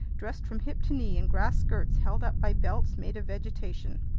dressed from hip to knee in grass skirts held up by belts made of vegetation.